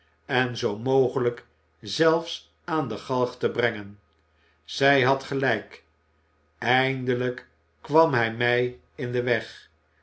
en zoo mogelijk zelfs aan de galg te brengen zij had gelijk eindelijk kwam hij mij in den weg